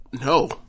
no